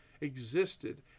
existed